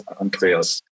Andreas